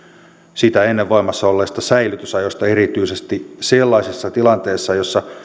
sitä ennen voimassa olleista säilytysajoista erityisesti sellaisissa tilanteissa joissa